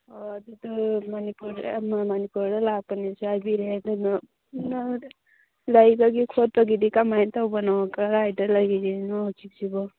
ꯑꯣ ꯑꯗꯨꯗꯨ ꯃꯅꯤꯄꯨꯔꯗ ꯃꯅꯤꯄꯨꯔꯗ ꯂꯥꯛꯄꯅꯦꯁꯨ ꯍꯥꯏꯕꯤꯔꯦ ꯑꯗꯨꯅ ꯅꯪꯗꯣ ꯂꯩꯕꯒꯤ ꯈꯣꯠꯄꯒꯤꯗꯤ ꯀꯃꯥꯏꯅ ꯇꯧꯕꯅꯣ ꯀꯔꯥꯏꯗ ꯂꯩꯔꯤꯅꯣ ꯍꯧꯖꯤꯛꯁꯤꯕꯣ